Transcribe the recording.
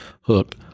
hooked